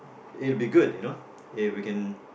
it'll be good you know if we can